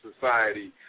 Society